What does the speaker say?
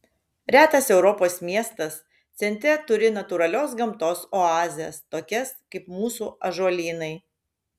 retas europos miestas centre turi natūralios gamtos oazes tokias kaip mūsų ąžuolynai